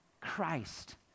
Christ